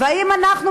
האם אנחנו,